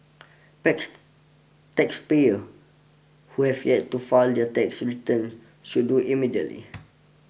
tax taxpayers who have yet to file their tax returns should do immediately